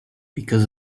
because